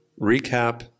Recap